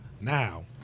Now